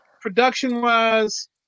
Production-wise